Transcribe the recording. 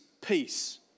peace